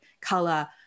color